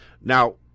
Now